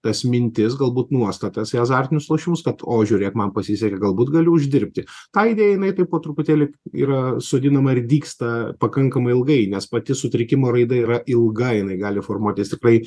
tas mintis galbūt nuostatas į azartinius lošimus kad o žiūrėk man pasisekė galbūt galiu uždirbti ta idėja jinai taip po truputėlį yra sodinama ir dygsta pakankamai ilgai nes pati sutrikimo raida yra ilga jinai gali formuotis tikrai